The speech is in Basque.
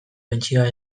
pentsioa